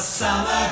summer